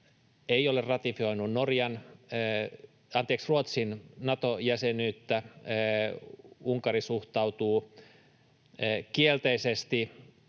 ei ole ratifioinut Ruotsin Nato-jäsenyyttä. Unkari suhtautuu kielteisesti